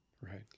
Right